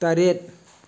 ꯇꯔꯦꯠ